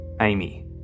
Amy